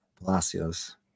Palacios